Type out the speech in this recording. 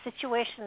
situations